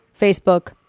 Facebook